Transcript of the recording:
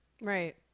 Right